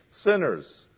Sinners